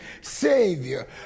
Savior